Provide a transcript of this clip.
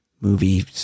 movie